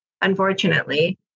unfortunately